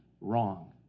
wrong